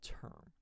term